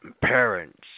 parents